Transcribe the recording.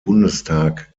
bundestag